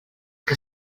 que